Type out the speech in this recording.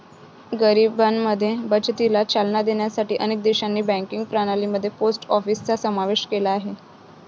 गरिबांमध्ये बचतीला चालना देण्यासाठी अनेक देशांनी बँकिंग प्रणाली मध्ये पोस्ट ऑफिसचा समावेश केला आहे